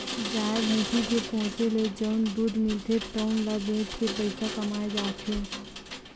गाय, भइसी के पोसे ले जउन दूद मिलथे तउन ल बेच के पइसा कमाए जाथे